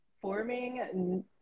forming